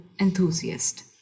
enthusiast